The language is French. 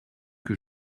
que